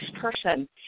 person